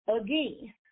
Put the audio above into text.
again